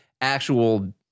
actual